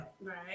Right